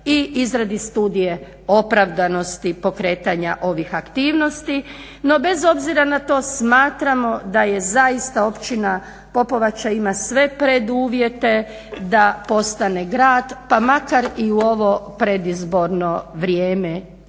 i izradi studije opravdanosti pokretanja ovih aktivnosti. No bez obzira na to smatramo da zaista općina Popovača ima sve preduvjete da postane grad, pa makar i u ovo predizborno vrijeme